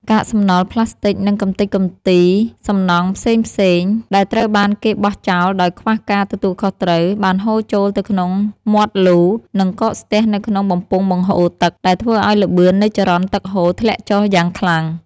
កាកសំណល់ប្លាស្ទិក និងកម្ទេចកម្ទីសំណង់ផ្សេងៗដែលត្រូវបានគេបោះចោលដោយខ្វះការទទួលខុសត្រូវ បានហូរចូលទៅក្នុងមាត់លូ និងកកស្ទះនៅក្នុងបំពង់បង្ហូរទឹក ដែលធ្វើឱ្យល្បឿននៃចរន្តទឹកហូរធ្លាក់ចុះយ៉ាងខ្លាំង។